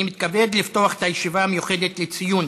אני מתכבד לפתוח את הישיבה המיוחדת לציון